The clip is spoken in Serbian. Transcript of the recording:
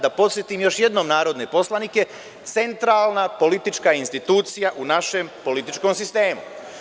Da podsetim još jednom narodne poslanike, centralna politička institucija u našem političkom sistemu.